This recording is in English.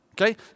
okay